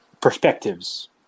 perspectives